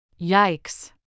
Yikes